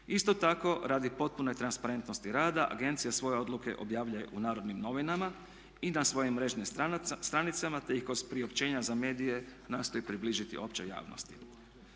Isto tako radi potpune transparentnosti rada, agencija svoje odluke objavljuje u Narodnim novinama i na svojim mrežnim stranicama te ih kroz priopćenja za medije nastoji približiti općoj javnosti.